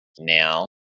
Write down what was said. now